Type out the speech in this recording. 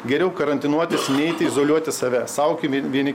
geriau karantinuotis neiti izoliuoti save saugokim vieni